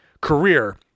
career